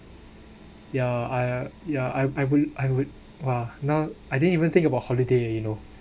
yeah I yeah I I will I would !wah! now I didn't even think about holiday you know